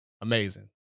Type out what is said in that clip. Amazing